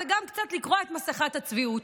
וגם קצת לקרוע את מסכת הצביעות.